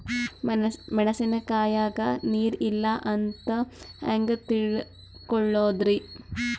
ಮೆಣಸಿನಕಾಯಗ ನೀರ್ ಇಲ್ಲ ಅಂತ ಹೆಂಗ್ ತಿಳಕೋಳದರಿ?